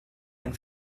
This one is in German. ein